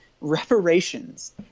reparations